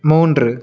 மூன்று